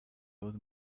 old